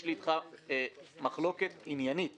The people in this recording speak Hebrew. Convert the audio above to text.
יש לי אתך מחלוקת עניינית